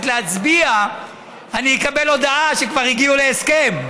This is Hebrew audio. להצביע אני אקבל הודעה שכבר הגיעו להסכם.